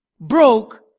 broke